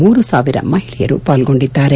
ಮೂರು ಸಾವಿರ ಮಹಿಳೆಯರು ಪಾಲ್ಗೊಂಡಿದ್ದಾರೆ